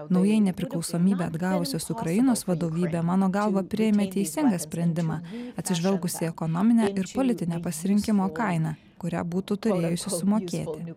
naujai nepriklausomybę atgavusios ukrainos vadovybė mano galva priėmė teisingą sprendimą atsižvelgusi į ekonominę ir politinę pasirinkimo kainą kurią būtų turėjusi sumokėti